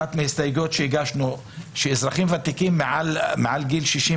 אחת ההסתייגויות שהגשנו היא שאזרחים ותיקים מעל גיל 60,